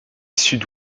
sud